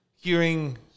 hearing